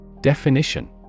Definition